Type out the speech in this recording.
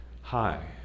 Hi